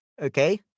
okay